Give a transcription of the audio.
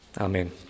Amen